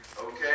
Okay